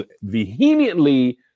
vehemently